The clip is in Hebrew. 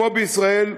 כמו בישראל,